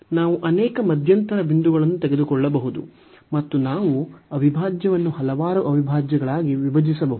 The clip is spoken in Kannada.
ನಾವು ಅನೇಕ ಮಧ್ಯಂತರ ಬಿಂದುಗಳನ್ನು ತೆಗೆದುಕೊಳ್ಳಬಹುದು ಮತ್ತು ನಾವು ಅವಿಭಾಜ್ಯವನ್ನು ಹಲವಾರು ಅವಿಭಾಜ್ಯಗಳಾಗಿ ವಿಭಜಿಸಬಹುದು